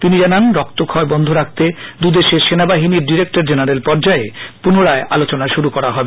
তিনি জানান রক্তক্ষয় বন্ধ রাখতে দুদেশের সেনাবাহিনীর ডিরেক্টর জেনারেল পর্যায়ে পুনরায় আলোচনা শুরু করা হবে